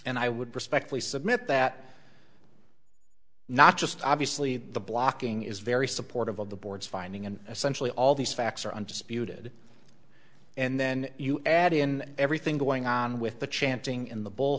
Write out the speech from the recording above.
and i would respectfully submit that not just obviously the blocking is very supportive of the board's finding and essentially all these facts are undisputed and then you add in everything going on with the chanting in the